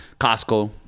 Costco